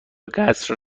قصر